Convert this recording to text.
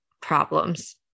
problems